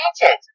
painted